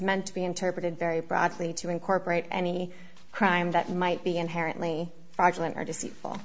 meant to be interpreted very broadly to incorporate any crime that might be inherently fraudulent or deceitful